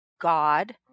God